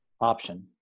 option